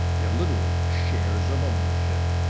they're literally shares of ownership.